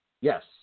Yes